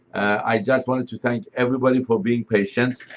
i just wanted to thank everybody for being patient.